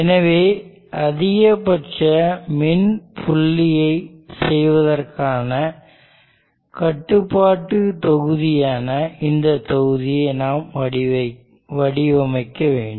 எனவே அதிகபட்ச மின் புள்ளியை செய்வதற்கான கட்டுப்பாட்டுத் தொகுதியான இந்தத் தொகுதியை நாம் வடிவமைக்க வேண்டும்